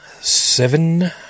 seven